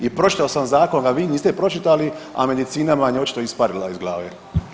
I pročitao sam zakon, a vi niste pročitali, a medicina vam je očito isparila iz glave.